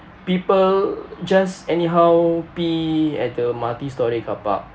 people just anyhow pee at the multi-storey car park